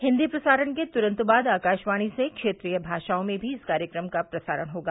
हिन्दी प्रसारण के तुरन्त बाद आकाशवाणी से क्षेत्रीय भाषाओं में भी इस कार्यक्रम का प्रसारण होगा